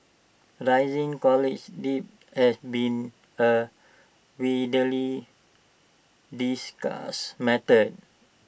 rising college debt has been A widely discussed matter